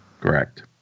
correct